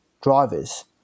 drivers